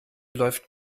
läuft